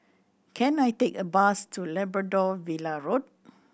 can I take a bus to Labrador Villa Road